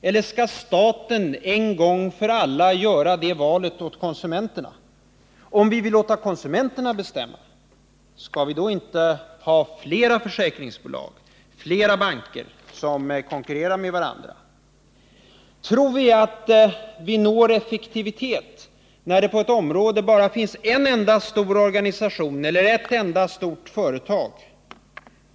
Eller skall staten en gång för alla göra det valet åt konsumenterna? Om vi vill låta konsumenterna bestämma, skall vi då inte ha flera försäkringsbolag och flera banker som konkurrerar med varandra? Tror vi att vi når effektivitet när det på ett område bara finns en enda stor organisation eller ett enda stort företag?